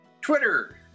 Twitter